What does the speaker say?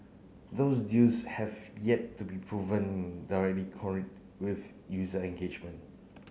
those deals have yet to be proven directly with user engagement